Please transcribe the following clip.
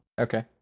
Okay